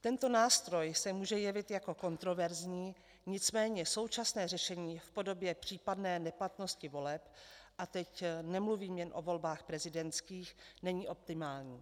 Tento nástroj se může jevit jako kontroverzní, nicméně současné řešení v podobě případné neplatnosti voleb, a teď nemluvím jen o volbách prezidentských, není optimální.